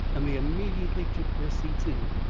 and they immediately took their seats in it.